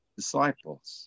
disciples